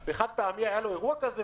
וחד-פעמי היה לו אירוע כזה,